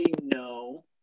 no